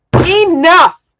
enough